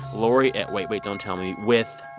lori at wait, wait. don't tell me with.